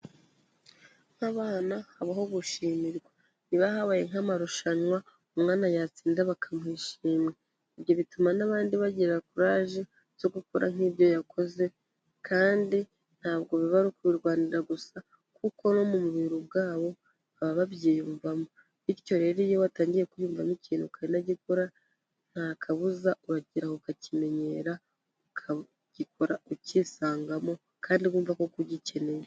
Nk'abana habaho gushimirwa, niba habaye nk'amarushanwa umwana yatsinda bakamuha ishimwe. Ibyo bituma n'abandi bagera kuraje zo gukora nk'ibyo yakoze, kandi ntabwo biba ari kubirwanira gusa, kuko no mu mubiri ubwawo baba babyiyumvamo. Bityo rero iyo watangiye kwiyumvamo ikintu ukanagikora nta kabuza urageraho ukakimenyera, ukagikora ukisangamo, kandi wumva koko ugikeneye.